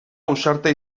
ausarta